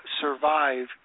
survive